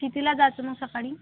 कितीला जायच मग सकाळी